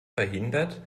verhindert